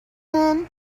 then